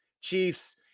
Chiefs